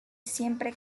siempre